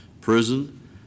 prison